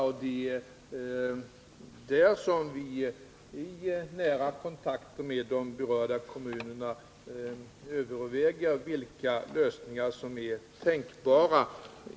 Det är där som vi i nära kontakt med de berörda kommunerna överväger vilka lösningar som är tänkbara.